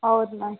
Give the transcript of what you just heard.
ಹೌದು ಮ್ಯಾಮ್